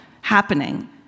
happening